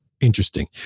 interesting